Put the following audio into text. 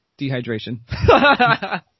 Dehydration